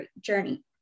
journey